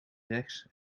rechts